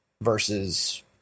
versus